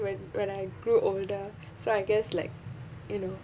when when I grew older so I guess like you know